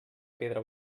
pedra